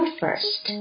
first